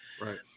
Right